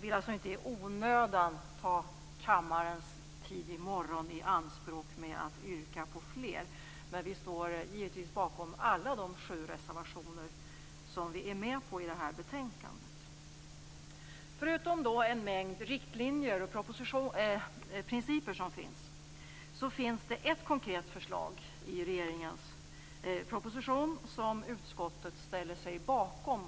vill alltså inte i onödan ta kammarens tid i anspråk i morgon med att yrka bifall till fler. Men vi står givetvis bakom alla de sju reservationer som vi är med på i detta betänkande. Förutom en mängd riktlinjer och principer finns det ett konkret förslag i regeringens proposition som utskottet ställer sig bakom.